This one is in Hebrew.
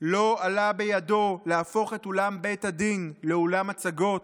לא עלה בידו להפוך את אולם בית הדין לאולם הצגות,